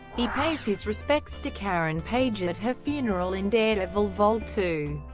he pays his respects to karen page at her funeral in daredevil vol. two,